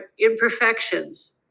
imperfections